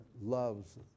loves